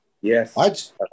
Yes